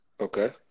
Okay